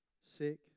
sick